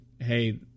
Hey